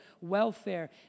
welfare